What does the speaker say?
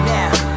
Now